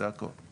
זה הכל.